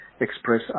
express